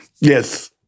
Yes